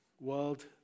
world